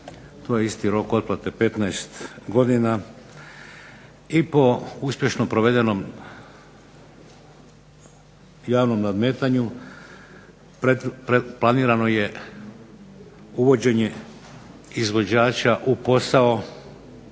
To je isti rok otplate 15 godina. I po uspješno provedenom javnom nadmetanju planirano je uvođenje izvođača u posao